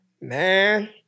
Man